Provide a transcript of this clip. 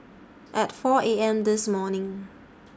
At four A M This morning